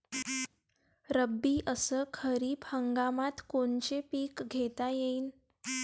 रब्बी अस खरीप हंगामात कोनचे पिकं घेता येईन?